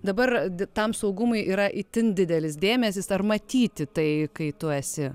dabar tam saugumui yra itin didelis dėmesys ar matyti tai kai tu esi